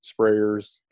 sprayers